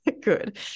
good